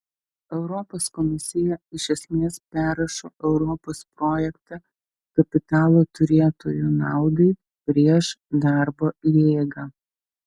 europos komisija iš esmės perrašo europos projektą kapitalo turėtojų naudai prieš darbo jėgą